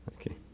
Okay